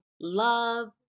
love